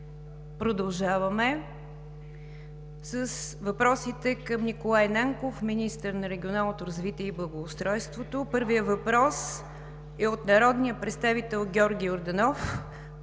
Продължаваме с въпросите към Николай Нанков – министър на регионалното развитие и благоустройството. Първият въпрос е от народния представител Георги Йорданов